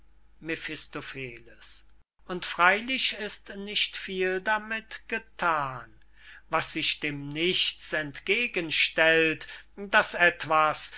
und freylich ist nicht viel damit gethan was sich dem nichts entgegenstellt das etwas